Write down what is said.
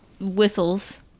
whistles